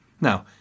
Now